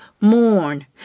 mourn